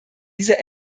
diese